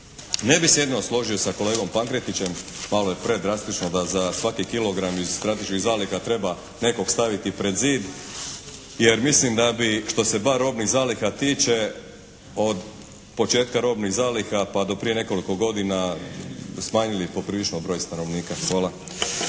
Ne bi se jedino složio sa kolegom Pankretićem, malo je predrastično da za svaki kilogram iz strateških zaliha treba nekog staviti pred zid jer mislim da bi što se bar robnih zaliha tiče od početka robnih zaliha pa do prije nekoliko godina smanjili poprilično broj stanovnika. Hvala.